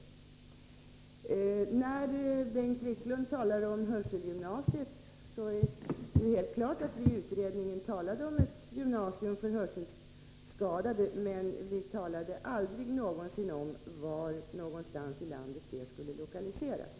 Beträffande det som Bengt Wiklund sade om hörselgymnasiet vill jag säga att det är helt klart att vi i utredningen talade om ett gymnasium för hörselskadade, men vi talade aldrig om var någonstans i landet det skulle lokaliseras.